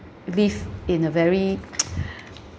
live in a very